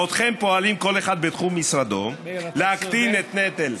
בעודכם פועלים כל אחד בתחום משרדו להקטין את נטל,